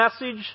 message